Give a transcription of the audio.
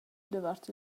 davart